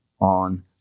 on